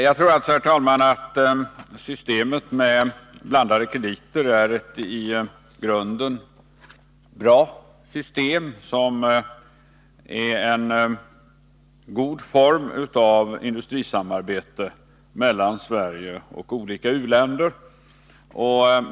Jag tror alltså, herr talman, att systemet med blandade krediter är ett i grunden bra system som är en god form av industrisamarbete mellan Sverige och olika u-länder.